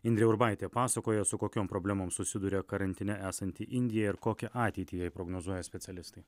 indrė urbaitė pasakoja su kokiom problemom susiduria karantine esanti indija ir kokią ateitį jai prognozuoja specialistai